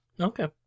Okay